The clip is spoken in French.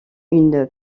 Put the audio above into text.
une